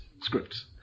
scripts